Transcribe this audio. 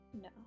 No